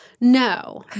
No